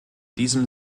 diesem